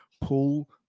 pull